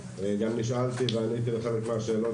בתחקיר וגם נשאלתי ועניתי לחלק מהשאלות